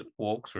walkthrough